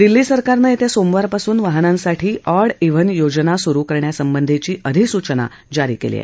दिल्ली सरकारनं येत्या सोमवारपासून वाहनांसाठी ऑड ब्रिन योजना लागू करण्यासंबधीची अधिसूचना जारी केली आहे